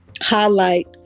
highlight